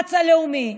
במאמץ הלאומי,